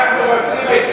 אנחנו רוצים,